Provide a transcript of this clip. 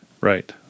Right